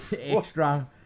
extra